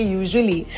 usually